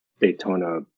Daytona